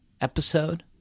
episode